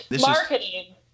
Marketing